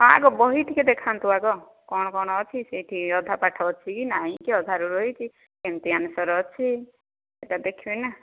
ହଁ ଆଗ ବହି ଟିକେ ଦେଖାନ୍ତୁ ଆଗ କ'ଣ କ'ଣ ଅଛି ସେଇଠି ଅଧା ପାଠ ଅଛି କି ନାହିଁ କି ଅଧାରେ ରହିଛି କେମିତି ଆନ୍ସର ଅଛି ସେଇଟା ଦେଖିବି ନା